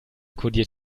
kodiert